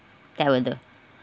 that won't do